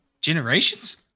Generations